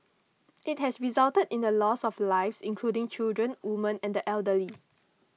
it has resulted in the loss of lives including children women and the elderly